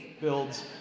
builds